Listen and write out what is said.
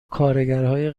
کارگرهای